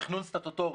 תכנון סטטוטורי,